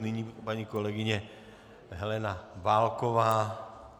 Nyní paní kolegyně Helena Válková.